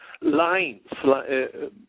lines